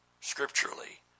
scripturally